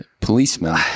policeman